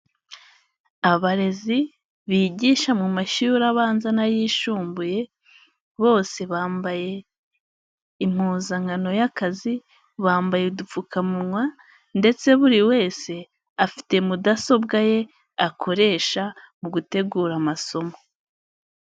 Abarezi bigisha mu mashuri abanza n'ayisumbuye bose bambaye impuzankano y'akazi, bambaye udupfukamunwa ndetse buri wese afite mudasobwa ye akoresha mu gutegura amasomo.